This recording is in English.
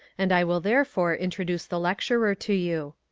and i will therefore introduce the lecturer to you.